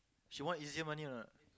she want easier money or not